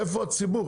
איפה הציבור?